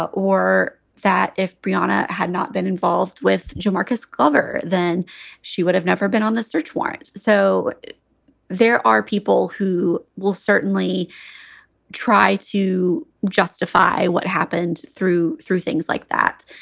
or that if briona had not been involved with jamarcus glover, then she would have never been on the search warrant. so there are people who will certainly try to justify what happened through through things like that.